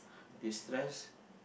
destress